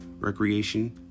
recreation